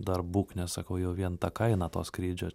dar būk nes sakau jau vien ta kaina to skrydžio